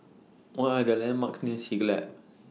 What Are The landmarks near Siglap